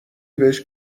بهش